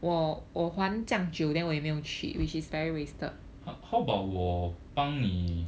how how about 我帮你